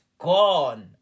gone